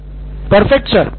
Siddharth Maturi perfect sir